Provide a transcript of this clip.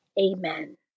Amen